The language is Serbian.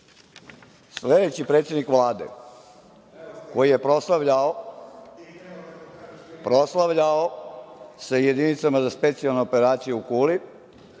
uporan. Sledeći predsednik Vlade koji je proslavljao sa jedinicama za specijalne operacije u Kuli,